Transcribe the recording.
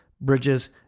bridges